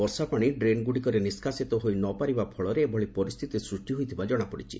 ବର୍ଷାପାଣି drain ଗୁଡ଼ିକରେ ନିଷ୍କାସିତ ହୋଇ ନପାରିବା ଫଳରେ ଏଭଳି ପରିସ୍ତିତି ସୃଷ୍ ହୋଇଥିବା ଜଣାପଡିଛି